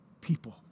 people